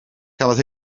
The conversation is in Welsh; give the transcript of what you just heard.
cafodd